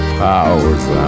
powers